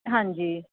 ਹਾਂਜੀ